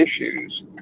issues